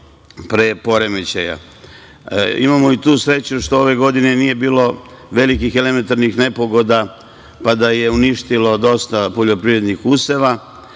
i tu sreću što ove godine nije bilo velikih elementarnih nepogoda, pa da je uništilo dosta poljoprivrednih useva.